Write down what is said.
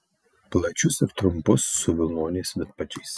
plačius ir trumpus su vilnoniais vidpadžiais